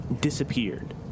disappeared